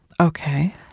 Okay